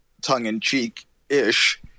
tongue-in-cheek-ish